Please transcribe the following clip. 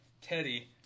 Teddy